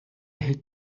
hält